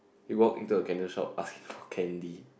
you walk into a candle shop ask for candy